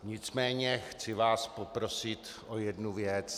Nicméně chci vás poprosit o jednu věc.